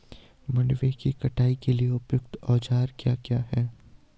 मंडवे की कटाई के लिए उपयुक्त औज़ार क्या क्या हैं?